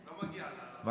לא מגיע לה, הרב אייכלר.